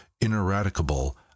ineradicable